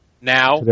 now